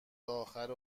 آخر